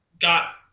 got